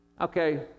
Okay